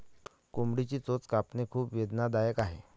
कोंबडीची चोच कापणे खूप वेदनादायक आहे